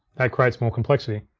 that creates more complexity.